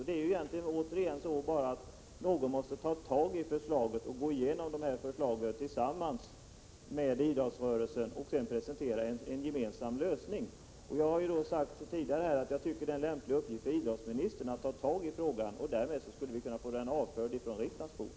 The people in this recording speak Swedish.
Det handlar återigen bara om att någon måste ta sig an förslagen och gå igenom dem tillsammans med idrottsrörelsen för att därefter presentera en gemensam lösning. Jag har tidigare sagt att detta är en lämplig uppgift för idrottsministern. Därmed skulle vi kunna få frågan avförd från riksdagens bord.